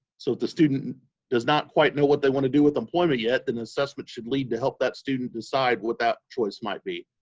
so if student does not quite know what they want to do with employment yet, then assessment should lead to help that student decide what that choice might be.